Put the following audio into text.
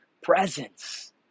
presence